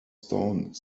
stone